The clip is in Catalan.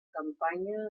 campanya